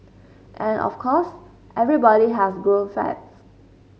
and of course everybody has grown fat